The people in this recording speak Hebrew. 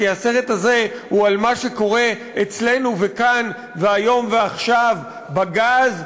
כי הסרט הזה הוא על מה שקורה אצלנו כאן והיום ועכשיו בגז,